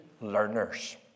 learners